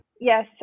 Yes